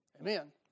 Amen